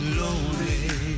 lonely